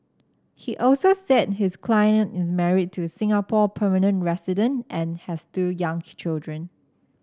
he also said his client is married to a Singapore permanent resident and has two young children